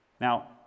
Now